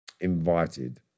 invited